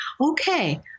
okay